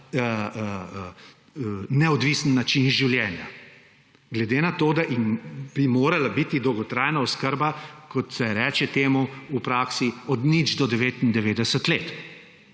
neodvisen način življenja, glede na to da, bi morala biti dolgotrajna oskrba, kot se reče temu v praksi, od nič do 99 let.